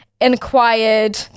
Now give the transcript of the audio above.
inquired